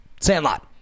Sandlot